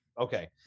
okay